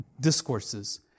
discourses